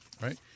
right